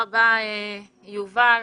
תודה רבה, יובל.